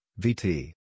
VT